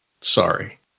Sorry